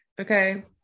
okay